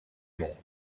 monde